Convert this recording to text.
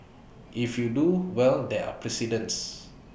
if you do well there are precedents